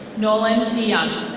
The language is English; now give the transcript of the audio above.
nolan dion.